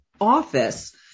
office